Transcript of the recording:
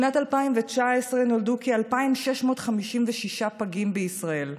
ב-2019 נולדו כ-2,656 פגים בישראל.